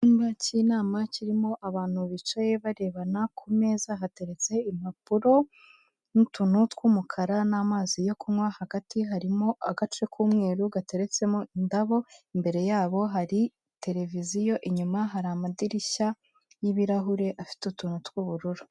Icyumba cy'inama kirimo abantu bicaye barebana ku meza hateretse impapuro n'utuntu tw'umukara n'amazi yo kunywa. Hagati harimo agace k'umweru gateretsemo indabo. Imbere yabo hari tereviziyo. Inyuma hari amadirishya y'ibirahure afite utuntu tw'ubururu.